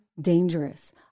dangerous